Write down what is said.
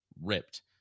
ripped